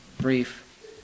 brief